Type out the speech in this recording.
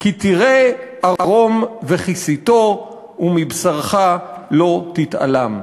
כי תראה ערום וְכִסִּיתוֹ ומבשרך לא תתעלם".